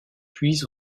puis